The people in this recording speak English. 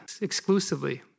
exclusively